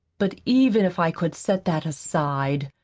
but even if i could set that aside,